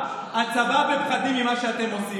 הצבא בפחדים ממה שאתם עושים.